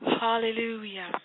Hallelujah